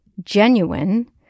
genuine